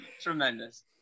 Tremendous